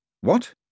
What